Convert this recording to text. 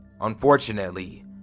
Unfortunately